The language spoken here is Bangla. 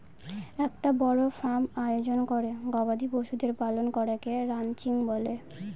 একটা বড় ফার্ম আয়োজন করে গবাদি পশুদের পালন করাকে রানচিং বলে